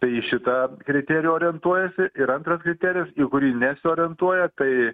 tai į šitą kriterijų orientuojasi ir antras kriterijus į kurį nesiorientuoja tai